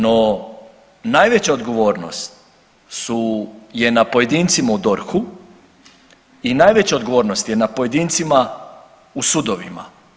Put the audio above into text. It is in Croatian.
No, najveća odgovornost su, je na pojedincima u DORH-u i najveća odgovornost je na pojedincima u sudovima.